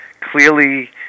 Clearly